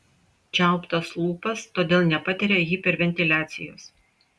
čiauptas lūpas todėl nepatiria hiperventiliacijos